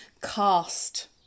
cast